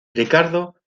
ricardo